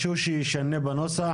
משהו שישנה בנוסח?